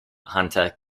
hunter